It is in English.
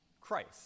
Christ